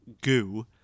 goo